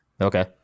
Okay